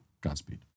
Godspeed